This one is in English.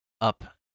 up